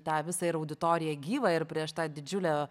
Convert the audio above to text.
tą visą ir auditoriją gyvą ir prieš tą didžiulę